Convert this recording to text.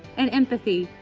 and empathy.